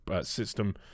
system